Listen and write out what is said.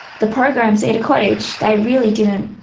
the program cedar cottage. they really didn't